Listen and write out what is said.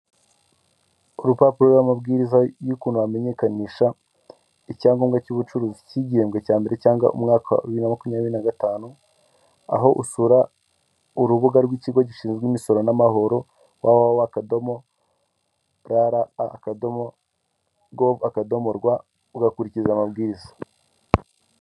Urupapuro ririho amabwiriza y'ukuntu wamenyekanisha icyangombwa cy'ubucuruzi k'igihembwe cya mbere cyangwa umwaka wa bibiri na makumyabiri na gatanu, aho usura urubuga rw'ikigo gishinzwe imisoro n'amahoro wawawa akadomo rara akadomo govu akadomo rwa ugakurikiza amabwiriza.